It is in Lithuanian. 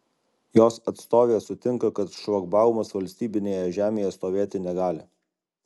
jos atstovė sutinka kad šlagbaumas valstybinėje žemėje stovėti negali